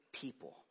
people